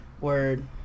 Word